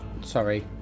sorry